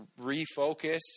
refocus